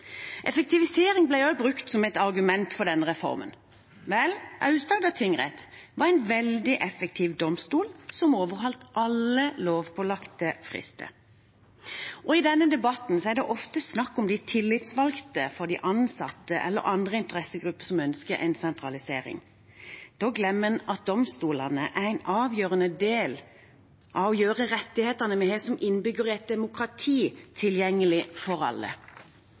Effektivisering ble også brukt som et argument for denne reformen. Vel, Aust-Agder tingrett var en veldig effektiv domstol, som overholdt alle lovpålagte frister. I denne debatten er det ofte snakk om de tillitsvalgte for de ansatte eller andre interessegrupper som ønsker en sentralisering. Da glemmer en at domstolene er en avgjørende del av å gjøre rettighetene vi har som innbyggere i et demokrati, tilgjengelig for alle.